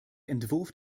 entwurf